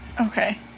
Okay